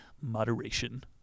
Moderation